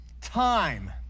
time